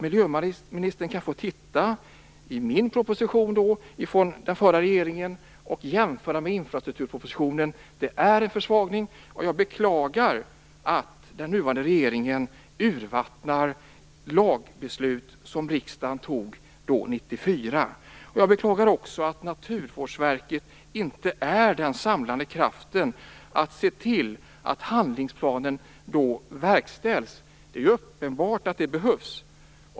Miljöministern kan få titta i propositionen från den förra regeringen och jämföra med infrastrukturpropositionen. Det är en försvagning. Jag beklagar att den nuvarande regeringen urvattnar lagbeslut som riksdagen fattade 1994. Jag beklagar också att Naturvårdsverket inte är den samlande kraft som ser till att handlingsplanen verkställs. Det är uppenbart att det behövs.